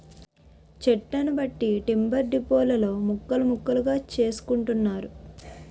చెట్లను బట్టి టింబర్ డిపోలలో ముక్కలు ముక్కలుగా చేసుకుంటున్నారు